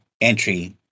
entry